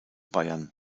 bayern